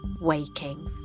Waking